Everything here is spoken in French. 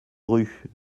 rue